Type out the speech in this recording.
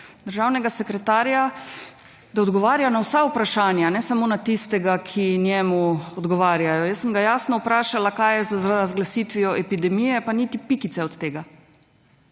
državnega sekretarja, da odgovarja na vsa vprašanja, ne samo na tistega, ki njemu odgovarjajo. Jaz sem ga jasno vprašala, kaj je z razglasitvijo epidemije, pa niti pikice od tega.